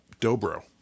Dobro